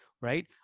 right